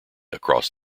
across